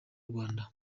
rwanda